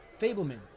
Fableman